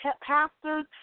pastors